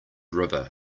river